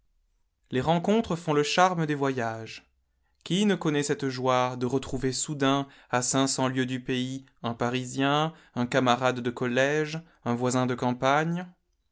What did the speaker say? les rencontres font le charme des voyages qiii ne connaît cette joie de retrouver soudain à cinq cents lieues du pays un parisien un camarade de collège un voisin de campagne